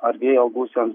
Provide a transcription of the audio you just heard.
ar vėjo gūsiam